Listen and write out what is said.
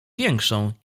większą